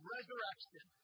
Resurrection